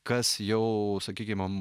kas jau sakykime